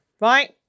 right